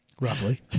Roughly